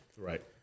Right